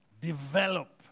Develop